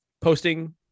posting